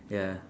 ya